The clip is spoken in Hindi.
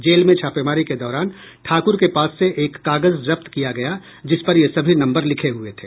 जेल में छापेमारी के दौरान ठाकुर के पास से एक कागज जब्त किया गया जिसपर ये सभी नम्बर लिखे हुये थे